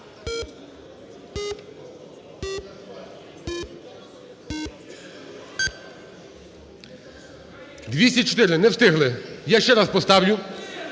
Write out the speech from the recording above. За-204 Не встигли. Я ще раз поставлю.